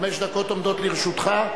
חמש דקות עומדות לרשותך.